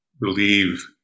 Believe